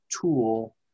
tool